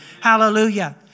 Hallelujah